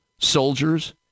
soldiers